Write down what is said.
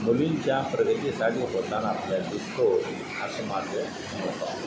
मुलींच्या प्रगतीसाठी होताना आपल्या दिसतो असं माझं मत आहे